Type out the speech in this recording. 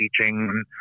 teaching